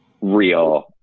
real